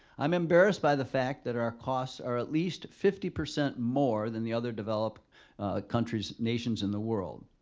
i'm embarrassed by the fact that our costs are at least fifty percent more than the other developed countries nations in the world.